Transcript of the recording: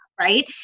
Right